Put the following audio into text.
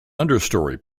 understory